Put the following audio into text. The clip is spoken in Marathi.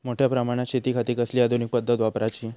मोठ्या प्रमानात शेतिखाती कसली आधूनिक पद्धत वापराची?